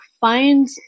find